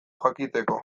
jakiteko